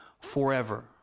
forever